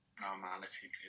normality